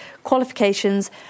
qualifications